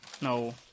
No